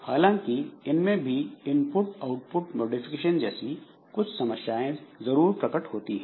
हालांकि इसमें भी इनपुट आउटपुट मॉडिफिकेशन जैसी कुछ समस्याएं जरुर प्रकट होती है